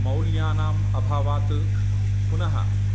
मौल्यानाम् अभावात् पुनः